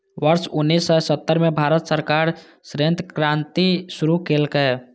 वर्ष उन्नेस सय सत्तर मे भारत सरकार श्वेत क्रांति शुरू केलकै